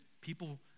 people